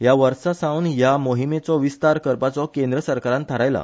ह्या वर्सासावन ह्या मोहिमेचो विस्तार करपाचो केंद्र सरकारान थारायला